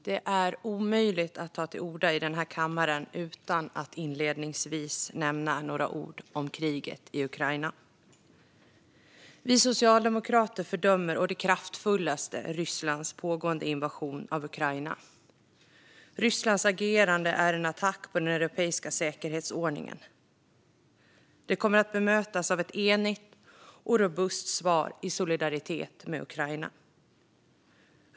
Herr talman! Det är omöjligt att ta till orda i den här kammaren utan att inledningsvis nämna några ord om kriget i Ukraina. Vi socialdemokrater fördömer å det kraftfullaste Rysslands pågående invasion av Ukraina. Rysslands agerande är en attack på den europeiska säkerhetsordningen. Det kommer bemötas av ett enigt och robust svar, i solidaritet med Ukraina.